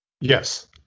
Yes